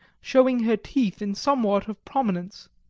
showing her teeth in somewhat of prominence.